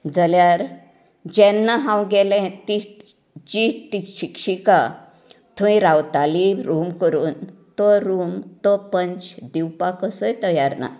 जाल्यार जेन्ना हांव गेलें ती जी शिक्षिका थंय रावताली रुम करून तो रुम तो पंच दिवपाक कसोच तयार ना